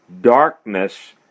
darkness